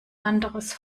anderes